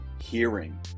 hearing